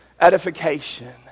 Edification